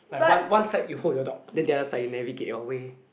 like one one side you hold your dog then the other side you navigate your way